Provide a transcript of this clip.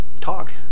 talk